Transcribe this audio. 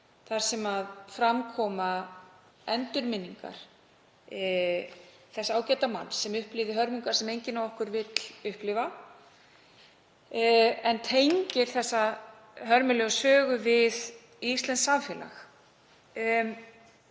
þar sem fram koma endurminningar þess ágæta manns sem upplifði hörmungar sem enginn okkar vill upplifa, en tengir þessa hörmulegu sögu við íslenskt samfélag.